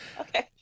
Okay